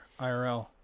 irl